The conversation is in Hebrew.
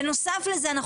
בנוסף לזה,